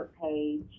page